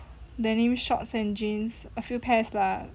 denim shorts and jeans a few pairs lah